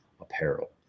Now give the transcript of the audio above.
apparel